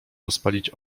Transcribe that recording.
rozpalić